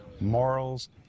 morals